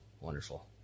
Wonderful